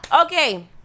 Okay